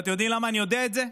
ואתם יודעים למה אני יודע את זה?